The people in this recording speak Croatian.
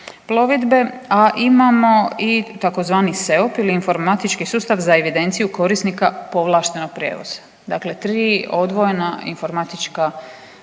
plovidbe, a imamo i tzv. SEOP ili informatički sustav za evidenciju korisnika povlaštenog prijevoza, dakle tri odvojena informatička